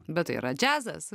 bet tai yra džiazas